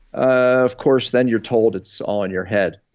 of course then you're told it's all in your head.